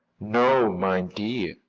no, my dear.